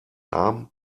arm